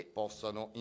possano